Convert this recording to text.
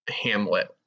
Hamlet